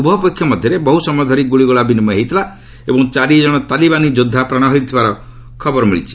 ଉଭୟ ପକ୍ଷ ମଧ୍ୟରେ ବହୁ ସମୟ ଧରି ଗୁଳିଗୋଳା ବିନିମୟ ହୋଇଥିଲା ଏବଂ ଚାରି କଣ ତାଲିବାନ ଯୋଦ୍ଧା ପ୍ରାଣ ହରାଇଥିବାର ଖବର ମିଳିଛି